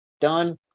Done